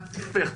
אז ההיפך,